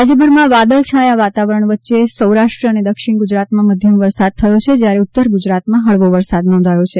વરસાદ રાજ્યભરમાં વાદળછાયા વાતાવરણ વચ્ચે સૌરાષ્ટ્ર અને દક્ષિણ ગુજરાતમાં મધ્યમ વરસાદ થયો છે જ્યારે ઉત્તર ગુજરાતમાં હળવો વરસાદ નોંધાયો છે